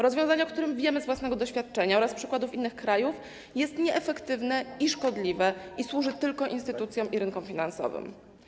Rozwiązanie, o którym wiemy z własnego doświadczenia oraz z przykładu innych krajów, jest nieefektywne, szkodliwe i służy tylko instytucjom i rynkom finansowym.